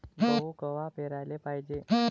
गहू कवा पेराले पायजे?